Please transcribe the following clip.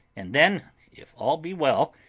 and then, if all be well,